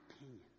opinion